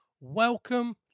Welcome